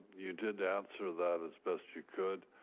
you did answer that as best you could.